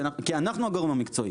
כי אנחנו הגורם המקצועי.